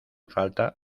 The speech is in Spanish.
falta